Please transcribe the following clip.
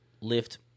lift